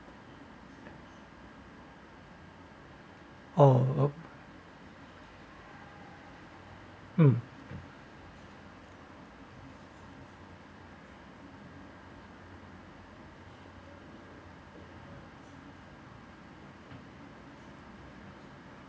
oh uh